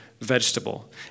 Vegetable